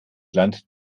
land